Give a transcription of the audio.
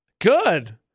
Good